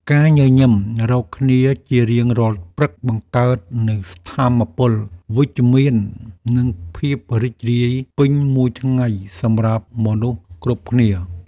ការញញឹមរកគ្នាជារៀងរាល់ព្រឹកបង្កើតនូវថាមពលវិជ្ជមាននិងភាពរីករាយពេញមួយថ្ងៃសម្រាប់មនុស្សគ្រប់គ្នា។